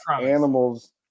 animals